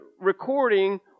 recording